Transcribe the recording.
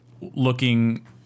looking